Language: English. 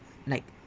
like